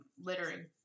littering